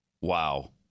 Wow